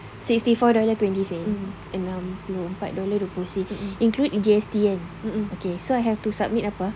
sixty four dollar twenty cent enam puluh empat dolar dua puluh sen include G_S_T kan okay so I have to submit apa